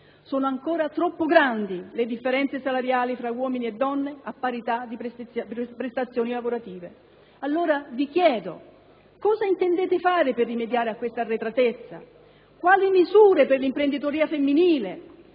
Sono ancora troppo grandi le differenze salariali tra uomini e donne a parità di prestazioni lavorative. Allora vi chiedo: cosa intendete fare per rimediare a questa arretratezza? Quali misure per l'imprenditoria femminile,